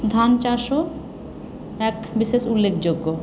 ধানচাষও এক বিশেষ উল্লেখযোগ্য